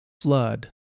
flood